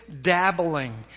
dabbling